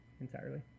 entirely